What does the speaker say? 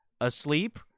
asleep